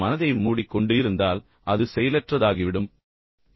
நீங்கள் உங்கள் மனதை மூடிக்கொண்டு இருந்தால் அது செயலற்றதாகிவிடும் அது வேலை செய்யாது